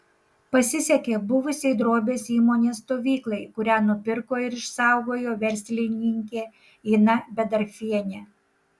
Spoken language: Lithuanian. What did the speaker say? pasisekė buvusiai drobės įmonės stovyklai kurią nupirko ir išsaugojo verslininkė ina bedarfienė